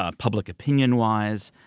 ah public opinion wise,